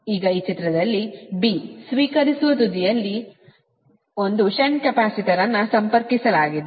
ಈಗ ಚಿತ್ರದಲ್ಲಿ ಸ್ವೀಕರಿಸುವ ತುದಿಯಲ್ಲಿ ಒಂದು ಷಂಟ್ ಕೆಪಾಸಿಟರ್ ಅನ್ನು ಸಂಪರ್ಕಿಸಲಾಗಿದೆ